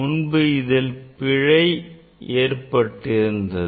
முன்பு இதில் பிழை ஏற்பட்டு இருந்தது